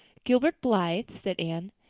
gilbert blythe? said anne.